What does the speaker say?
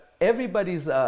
everybody's